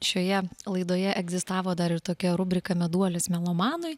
šioje laidoje egzistavo dar ir tokia rubrika meduolis melomanui